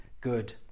good